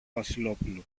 βασιλόπουλο